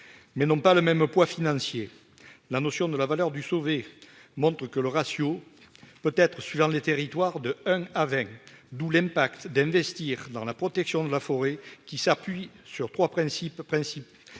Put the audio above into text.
mais n'ont pas le même poids financier la notion de la valeur du sauver montrent que le ratio peut-être sur les territoires de un à vingt, d'où l'impact d'investir dans la protection de la forêt qui s'appuie sur 3 principes : principes